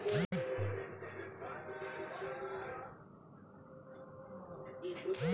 నా పెద్ద ఫోన్ నుండి కొత్త బ్యాంక్ ఖాతా తెరవచ్చా? దానికి నా ఫోన్ లో ఏం చేయాలి?